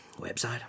Website